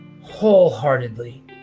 wholeheartedly